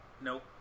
Nope